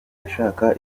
ashaka